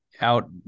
out